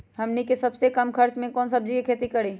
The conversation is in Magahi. हमनी के सबसे कम खर्च में कौन से सब्जी के खेती करी?